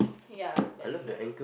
ya that's my